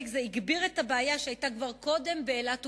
הגביר את הבעיה שהיתה כבר קודם באילת ובערד.